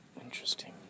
Interesting